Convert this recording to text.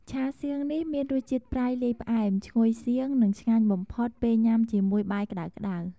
ឆាសៀងនេះ មានរសជាតិប្រៃលាយផ្អែម ឈ្ងុយសៀង និងឆ្ងាញ់បំផុតពេលញ៉ាំជាមួយបាយក្តៅៗ។